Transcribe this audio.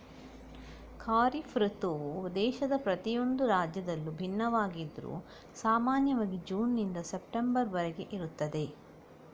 ಖಾರಿಫ್ ಋತುವು ದೇಶದ ಪ್ರತಿಯೊಂದು ರಾಜ್ಯದಲ್ಲೂ ಭಿನ್ನವಾಗಿದ್ರೂ ಸಾಮಾನ್ಯವಾಗಿ ಜೂನ್ ನಿಂದ ಸೆಪ್ಟೆಂಬರ್ ವರೆಗೆ ಇರುತ್ತದೆ